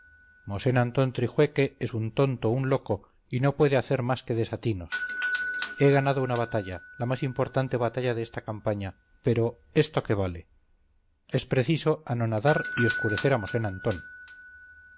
mosén antón trijueque es un tonto un loco y no puede hacer más que desatinos he ganado una batalla la más importante batalla de esta campaña pero esto qué vale es preciso anonadar y oscurecer a mosén antón